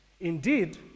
Indeed